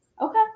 okay